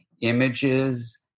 images